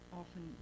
often